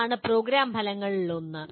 അതാണ് പ്രോഗ്രാം ഫലങ്ങളിൽ ഒന്ന്